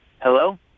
Hello